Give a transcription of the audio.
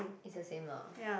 is a same lah